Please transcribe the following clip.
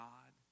God